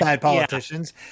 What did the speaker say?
politicians